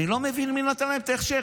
אני לא מבין מי נתן להם את ההכשר.